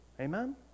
Amen